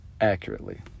accurately